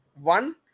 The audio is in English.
one